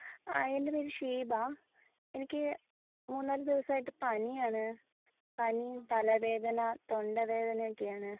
ആ എൻ്റെ പേര് ഷീബ എനിക്ക് മൂന്നു നാല് ദിവസമായിട്ട് പനിയാണ് പനിയും തലവേദന തൊണ്ട വേദനയൊക്കെയാണ്